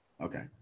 Okay